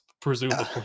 presumably